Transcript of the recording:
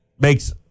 makes